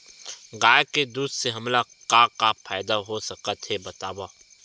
गाय के दूध से हमला का का फ़ायदा हो सकत हे बतावव?